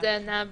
וזה נע בין?